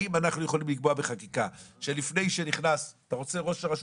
האם אנחנו יכולים לקבוע בחקיקה שלפני ש אתה רוצה ראש הרשות?